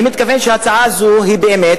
אני מתכוון שההצעה הזו היא באמת,